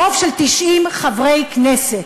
ברוב של 90, חברי כנסת.